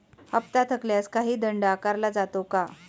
हप्ता थकल्यास काही दंड आकारला जातो का?